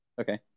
Okay